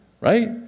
Right